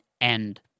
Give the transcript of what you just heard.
end